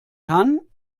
kann